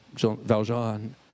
Valjean